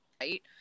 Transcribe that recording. Right